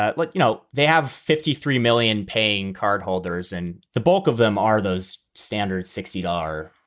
ah like you know, they have fifty three million paying cardholders and the bulk of them are those standard sixty are,